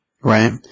right